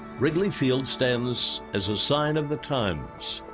wrigley field stands as a sign of the times,